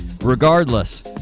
regardless